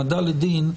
ההעמדה לדין,